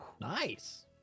Nice